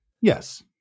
Yes